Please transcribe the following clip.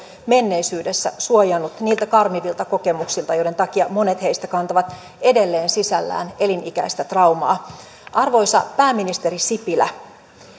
menneisyydessä suojannut niiltä karmivilta kokemuksilta joiden takia monet heistä kantavat edelleen sisällään elinikäistä traumaa arvoisa pääministeri sipilä